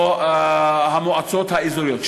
או המועצות האזוריות.